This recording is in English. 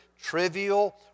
trivial